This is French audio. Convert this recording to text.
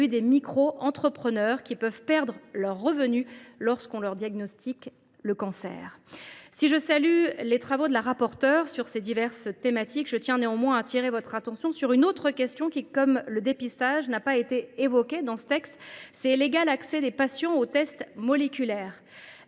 les microentrepreneurs peuvent perdre leurs revenus lorsqu’on leur diagnostique un cancer. Si je salue les travaux de Mme la rapporteure sur ces diverses thématiques, je tiens néanmoins à attirer votre attention sur une autre question, qui, comme le dépistage, n’a pas été évoquée dans le texte : l’égal accès des patients aux tests moléculaires.